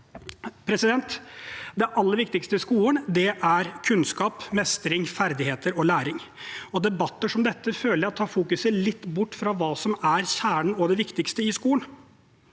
veien å gå. Det aller viktigste i skolen er kunnskap, mestring, ferdigheter og læring, og debatter som dette føler jeg tar fokuset litt bort fra hva som er kjernen og det viktigste i skolen.